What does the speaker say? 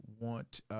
want